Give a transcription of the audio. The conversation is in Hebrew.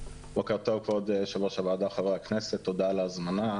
כבוד יו"ר הוועדה חברי הכנסת, תודה על ההזמנה.